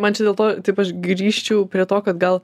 man čia dėlto taip aš grįžčiau prie to kad gal